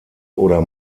oder